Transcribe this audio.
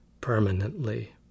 permanently